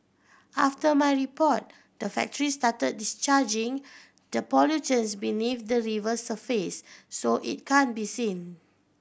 after my report the factory start discharging the pollutants beneath the river surface so it can be seen